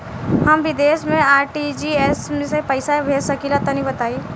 हम विदेस मे आर.टी.जी.एस से पईसा भेज सकिला तनि बताई?